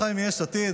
אחיי מיש עתיד,